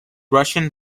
russian